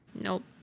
Nope